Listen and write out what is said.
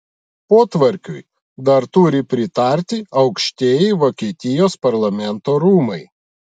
potvarkiui dar turi pritarti aukštieji vokietijos parlamento rūmai